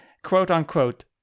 quote-unquote